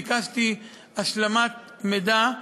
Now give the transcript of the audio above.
ביקשתי השלמת מידע,